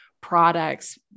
products